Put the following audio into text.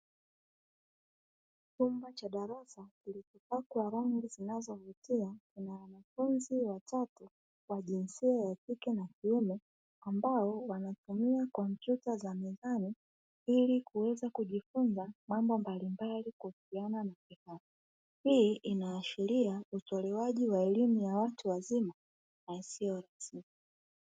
Chumba cha darasa kilichopakwa rangi zinazovutia, kina wanafunzi watatu wa jinsia ya kike na ya kiume ambao wanatumia kompyuta za mezani ili kuweza kujifunza mambo mbalimbali kuhusiana na tehama. Hii inaashiria utolewaji wa elimu ya watu wazima na isiyo rasmi.